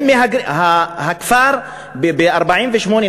הכפר נהרס ב-1948,